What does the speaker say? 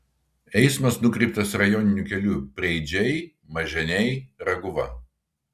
eismas nukreiptas rajoniniu keliu preidžiai maženiai raguva